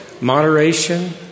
moderation